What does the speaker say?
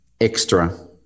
extra